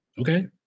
Okay